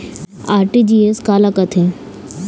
RTGS काला कथें?